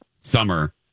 summer